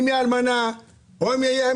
לא משנה אם היא אלמנה או אם חד-הורית,